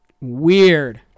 weird